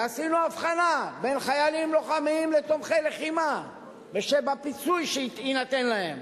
ועשינו הבחנה בין חיילים לוחמים לתומכי לחימה בפיצוי שיינתן להם,